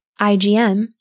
IgM